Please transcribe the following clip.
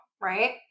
right